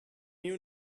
knew